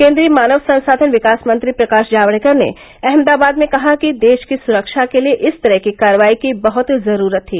केन्द्रीय मानव संसाधन विकास मंत्री प्रकाश जावडेकर ने अहमदाबाद में कहा कि देश की सुरक्षा के लिए इस तरह की कार्रवाई की बहुत जरूरत थी